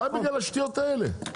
רק בגלל השטויות האלה,